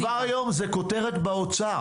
כבר היום זה כותרת באוצר,